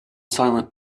silent